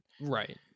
right